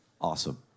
awesome